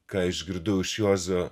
ką išgirdau iš juozo